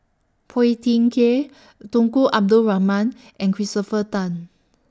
Phua Thin Kiay Tunku Abdul Rahman and Christopher Tan